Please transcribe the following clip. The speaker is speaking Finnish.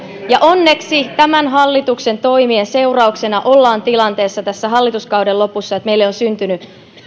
ja onneksi tämän hallituksen toimien seurauksena ollaan tilanteessa tässä hallituskauden lopussa että meille on syntynyt